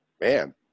man